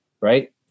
right